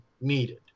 needed